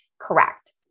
correct